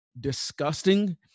disgusting